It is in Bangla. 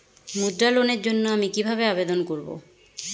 মুদ্রা লোনের জন্য আমি কিভাবে আবেদন করবো?